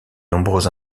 nombreux